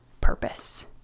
purpose